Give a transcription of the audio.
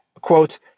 Quote